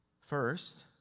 First